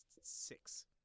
six